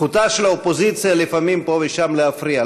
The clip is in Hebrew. זכותה של האופוזיציה לפעמים פה ושם להפריע.